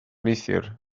neithiwr